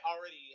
already